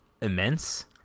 immense